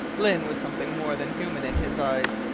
lyne was something more than human in his eyes,